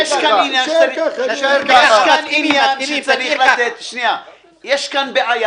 יש כאן עניין שצריך לתת לו מענה.